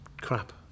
crap